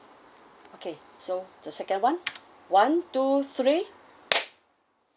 okay so the second one one two three